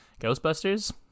Ghostbusters